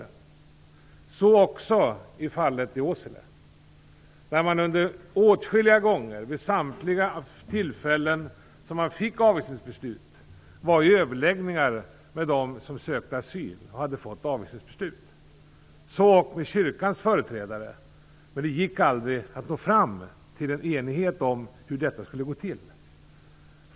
Så skedde också i fallet i Åsele, där man åtskilliga gånger, vid samtliga tillfällen då avvisningsbeslut kom, hade överläggningar med dem som sökte asyl och hade fått avvisningsbeslut och med kyrkans företrädare. Men det gick aldrig att nå fram till en enighet om hur detta skulle gå till.